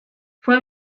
fue